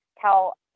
tell